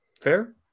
Fair